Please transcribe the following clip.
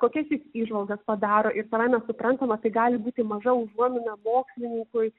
kokias jis įžvalgas padaro ir savaime suprantama tai gali būti maža užuomina mokslininkui